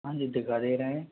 हाँ जी दिखा दे रहे हैं